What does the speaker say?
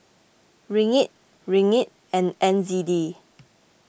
Ringgit Ringgit and N Z D